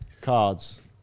Cards